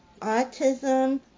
autism